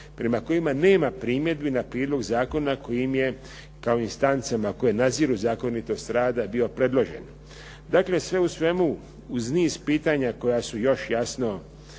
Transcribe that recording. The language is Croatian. prema kojima nema primjedbi na prijedlog zakona koji im je kao instanca na koje nadziru zakonitost rada bio predložen. Dakle, sve u svemu, uz niz pitanja koja su još jasno,